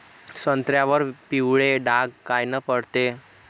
संत्र्यावर पिवळे डाग कायनं पडते?